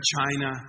China